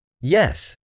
Yes